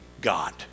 God